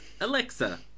alexa